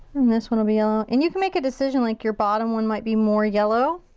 and this one will be all and you can make a decision like your bottom one might be more yellow